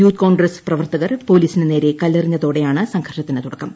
youth Congress പ്രവർത്തകർ പൊലീസിന് നേരെ കല്ലെറിഞ്ഞതോടെയാണ് സംഘർഷത്തിന് തുടക്കം